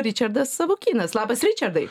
ričardas savukynas labas ričardai